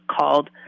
called